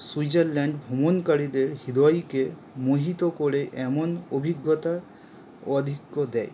Switzerland ভ্রমণকারীদের হৃদয়কে মোহিত করে এমন অভিজ্ঞতার আধিক্য দেয়